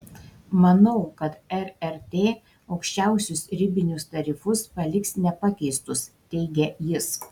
manau kad rrt aukščiausius ribinius tarifus paliks nepakeistus teigia jis